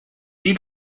die